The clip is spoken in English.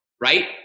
right